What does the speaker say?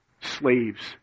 slaves